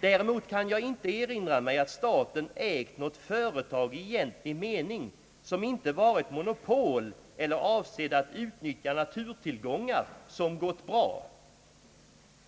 Däremot kan jag inte erinra mig att staten ägt några företag i egentlig mening, som inte har varit monopol eller avsedda att utnyttja naturtillgångar, som gått bra.